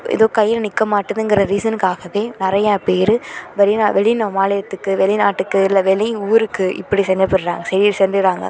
எதுவும் கையில் நிற்க மாட்டிதுங்கிற ரீசனுக்காகவே நிறையா பேர் வெளிநா வெளி மாநிலத்துக்கு வெளிநாட்டுக்கு இல்லை வெளி ஊருக்கு இப்படி சென்னப்படுறாங்க செய் சொல்கிறாங்க